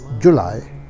July